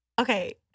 okay